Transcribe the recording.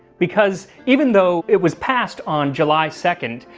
because even though it was passed on july second,